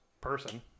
person